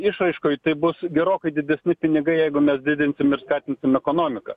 išraiškoj tai bus gerokai didesni pinigai jeigu mes didinsim ir skatinsim ekonomiką